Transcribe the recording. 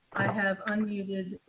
i have unmuted.